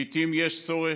לעיתים יש צורך,